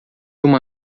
uma